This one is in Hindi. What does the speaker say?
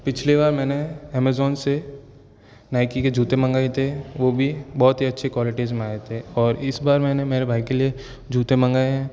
पिछले बार मैंने अमेज़ोन से नाइकी के जूते मंगाए थे वो भी बहुत ही अच्छी क्वालिटीज़ में आये थे और इस बार मैंने मेरे भाई के लिए जूते मंगाए हैं